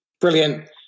Brilliant